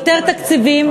יותר תקציבים,